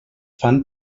fan